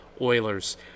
Oilers